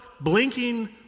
blinking